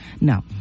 No